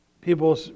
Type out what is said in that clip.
People